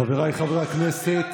חבריי חברי הכנסת,